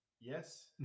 Yes